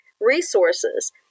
resources